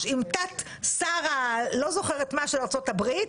עם תת-שר הלא זוכרת מה של ארצות הברית,